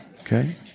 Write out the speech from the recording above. Okay